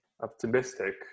optimistic